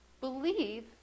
Believe